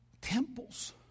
temples